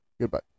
Goodbye